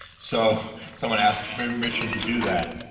so someone asked my permission to do that.